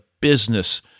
business